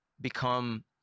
become